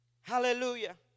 Hallelujah